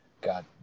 got